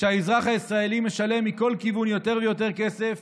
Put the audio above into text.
כשהאזרח הישראלי משלם מכל כיוון יותר ויותר כסף